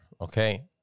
okay